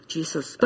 Jesus